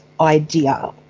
idea